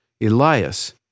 Elias